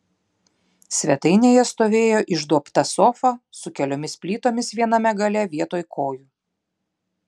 svetainėje stovėjo išduobta sofa su keliomis plytomis viename gale vietoj kojų